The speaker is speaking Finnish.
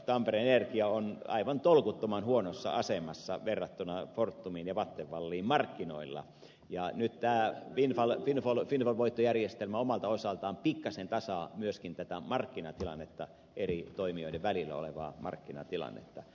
tampereen energialaitos on aivan tolkuttoman huonossa asemassa verrattuna fortumiin ja vattenfalliin markkinoilla ja nyt tämä windfall voittojärjestelmä omalta osaltaan pikkasen tasaa myöskin tätä markkinatilannetta eri toimijoiden välillä olevaa markkinatilannetta